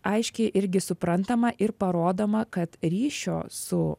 aiškiai irgi suprantama ir parodoma kad ryšio su